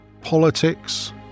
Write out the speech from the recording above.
politics